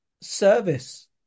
service